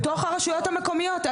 בתוך הרשויות המקומיות,